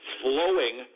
flowing